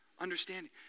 understanding